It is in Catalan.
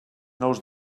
nous